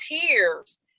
tears